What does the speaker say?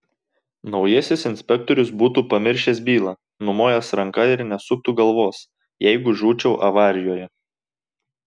naujasis inspektorius būtų pamiršęs bylą numojęs ranka ir nesuktų galvos jeigu žūčiau avarijoje